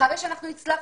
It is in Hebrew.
אחרי שהצלחנו,